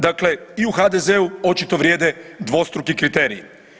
Dakle, i u HDZ-u očito vrijede dvostruki kriteriji.